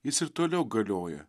jis ir toliau galioja